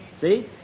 See